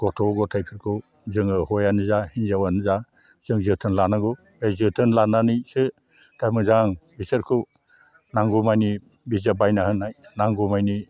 गथ' गथाइफोरखौ जोङो हौवायानो जा हिन्जावआनो जा जों जोथोन लानांगौ जोथोन लानानैसो दा मोजां बिसोरखौ नांगौमानि बिजाब बायनो हानाय नांगौमानि